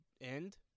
end